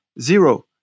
zero